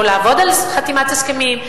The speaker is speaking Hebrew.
או לעבוד על חתימת הסכמים,